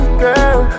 girl